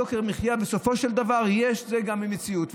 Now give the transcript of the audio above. יוקר מחיה, בסופו של דבר, יש גם במציאות.